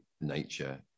nature